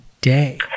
day